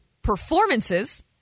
performances